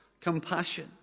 compassion